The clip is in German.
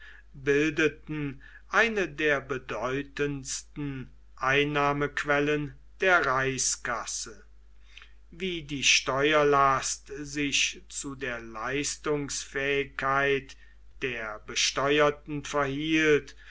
bildeten eine der bedeutendsten einnahmequellen der reichskasse wie die steuerlast sich zu der leistungsfähigkeit der besteuerten verhielt